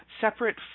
separate